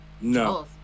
No